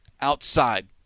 outside